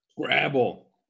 Scrabble